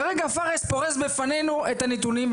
כרגע פארס פורס בפנינו את הנתונים,